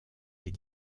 les